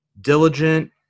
diligent